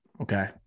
Okay